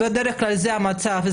בדרך כלל זה המצב,